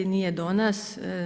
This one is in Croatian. Nije do nas.